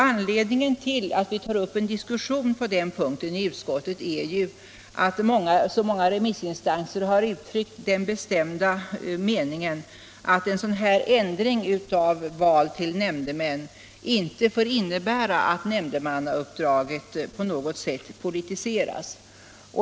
Anledningen till att vi på den punkten tar upp en diskussion i utskottet är att så många remissinstanser har uttryckt den bestämda meningen att den föreslagna ändringen av val till nämndemän inte får innebära att nämndemannauppdraget på något sätt politiseras.